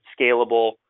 scalable